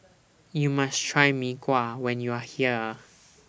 YOU must Try Mee Kuah when YOU Are here